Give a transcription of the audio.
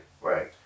right